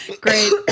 Great